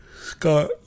Scott